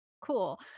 cool